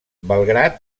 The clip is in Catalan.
belgrad